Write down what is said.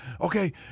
okay